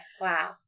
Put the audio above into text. Wow